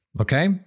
okay